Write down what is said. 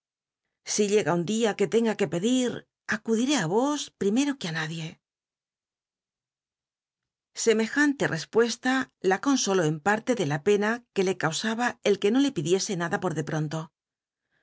si llega un día que tenga que pedir acudité os primero que á nadie emejante respuesta la consoló en parle de la pena que le c usaba el que no le pidiese nada por de pronto